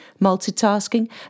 multitasking